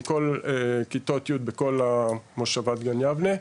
עם כל כיתות י' בכל מושבת גן יבנה,